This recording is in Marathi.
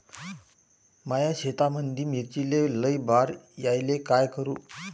माया शेतामंदी मिर्चीले लई बार यायले का करू?